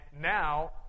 now